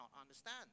understand